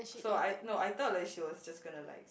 so I no I thought like she was just gonna like